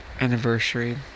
anniversary